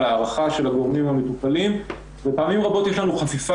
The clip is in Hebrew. הערכה של הגורמים המטופלים ופעמים רבות יש לנו חפיפה